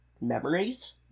memories